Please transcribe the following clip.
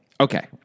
Okay